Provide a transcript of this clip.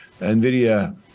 Nvidia